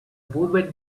women